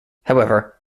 however